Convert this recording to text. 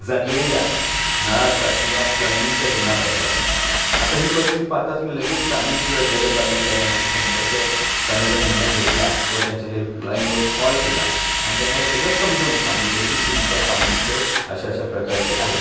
गंजलेल्या नळाचा किंवा प्लम्बिंगच्या जुन्या पाईपाचा आता ही परिस्थिती पाहताच मी लगेच स्थानिक जलप्राधिकरणाशी संपर्क साधण्याचा निर्णय घेतला व त्यांच्या हेल्प लाईनवर कॉल केला आणि त्यांना हे सगळं समजवून सांगितलं की तुमच्या पाण्याची चव अशा अशा प्रकारची आहे